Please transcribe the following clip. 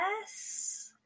Yes